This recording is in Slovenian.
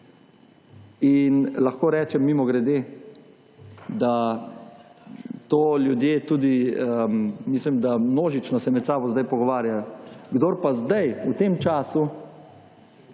In lahko rečem, mimogrede, da to ljudje tudi, mislim da množično se med sabo zdaj pogovarjajo. Kdor pa zdaj, v tem času,